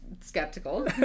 skeptical